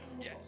Yes